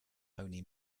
only